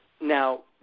Now